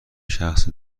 شخص